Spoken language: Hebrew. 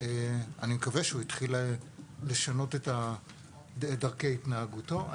אני מקווה שהוא התחיל לשנות את דרכי התנהגותו.